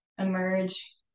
emerge